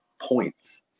points